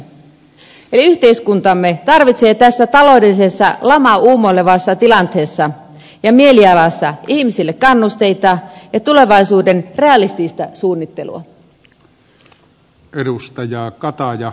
eli yhteiskuntamme tarvitsee tässä taloudellisessa lamaa uumoilevassa tilanteessa ja mielialassa ihmisille kannusteita ja tulevaisuuden realistista suunnittelua